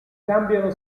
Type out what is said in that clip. cambiano